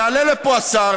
יעלה לפה השר,